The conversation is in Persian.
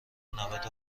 نود